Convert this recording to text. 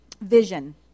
vision